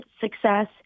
success